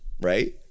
right